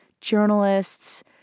journalists